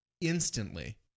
instantly